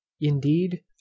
indeed